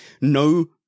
No